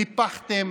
ניפחתם,